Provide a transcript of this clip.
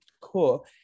Cool